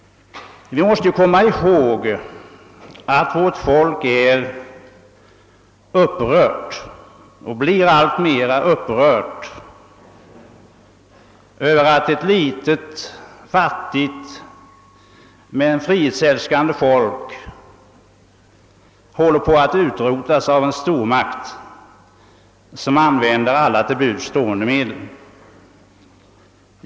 Vi måste komma ihåg att människorna i vårt land är upprörda och blir alltmer upprörda över att ett litet fattigt men frihetsälskande folk håller på att utrotas av en stormakt som använder alla till buds stående medel.